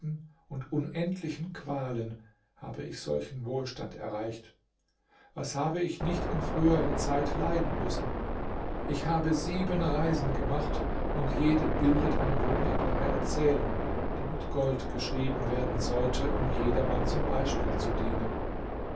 und unendlichen qualen habe ich solchen wohlstand erreicht was habe ich nicht in früherer zeit leiden müssen ich habe sieben reisen gemacht und jede bildet eine wunderbare erzählung die mit gold geschrieben werden sollte um jedermann zum beispiel zu dienen